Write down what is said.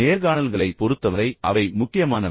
நேர்காணல்களைப் பொருத்தவரை அவை அனைத்தும் முக்கியமானவை